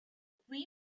qui